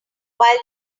while